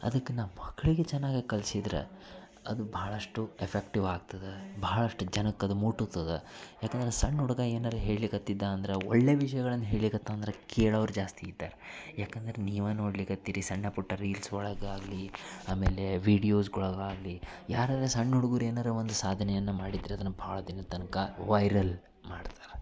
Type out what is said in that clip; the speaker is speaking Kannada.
ಅದಕ್ಕೆ ನಾ ಮಕ್ಕಳಿಗೆ ಚೆನ್ನಾಗಿ ಕಲ್ಸಿದ್ರೆ ಅದು ಭಾಳಷ್ಟು ಎಫೆಕ್ಟಿವ್ ಆಗ್ತದೆ ಭಾಳಷ್ಟು ಜನಕ್ಕದು ಮುಟ್ಟುತ್ತದೆ ಯಾಕಂದ್ರೆ ಸಣ್ಣ ಹುಡುಗ ಏನಾದ್ರೂ ಹೇಳಿಕತ್ತಿದ್ದ ಅಂದ್ರೆ ಒಳ್ಳೆಯ ವಿಷಯಗಳನ್ನು ಹೇಳಿಕ್ಹತ್ತ ಅಂದರೆ ಕೇಳವ್ರು ಜಾಸ್ತಿ ಇದ್ದಾರೆ ಯಾಕಂದ್ರೆ ನೀವು ನೋಡ್ಲಿಕ್ಕೆ ಹತ್ತಿರಿ ಸಣ್ಣ ಪುಟ್ಟ ರೀಲ್ಸೊಳಗಾಗಲಿ ಆಮೇಲೆ ವಿಡಿಯೋಸ್ಗೊಳಗಾಗಲಿ ಯಾರರೂ ಸಣ್ಣ ಹುಡ್ಗುರ್ ಏನರೂ ಒಂದು ಸಾಧನೆಯನ್ನು ಮಾಡಿದರೆ ಅದನ್ನು ಭಾಳ ದಿನದ ತನಕ ವೈರಲ್ ಮಾಡ್ತಾರೆ